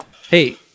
Hey